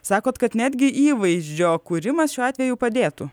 sakote kad netgi įvaizdžio kūrimas šiuo atveju padėtų